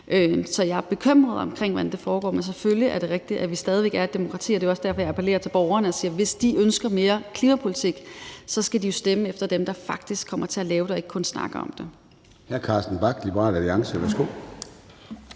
Så jeg er bekymret over, hvordan det foregår, men selvfølgelig er det rigtigt, at vi stadig væk er et demokrati. Det er også derfor, jeg appellerer til borgerne og siger, at hvis de ønsker mere klimapolitik, skal de jo stemme på dem, der faktisk kommer til at lave det og ikke kun snakker om det. Kl. 20:32 Formanden (Søren Gade): Hr. Carsten Bach, Liberal Alliance. Værsgo.